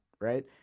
right